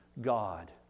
God